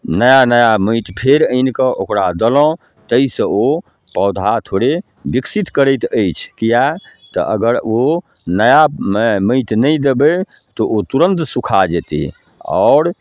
नया नया माटि फेर आनिकऽ ओकरा देलहुँ ताहिसँ ओ पौधा थोड़े विकसित करैत अछि किएक तऽ अगर ओ नया माटि नहि देबै तऽ ओ तुरन्त सुखा जेतै आओर